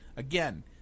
Again